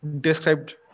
described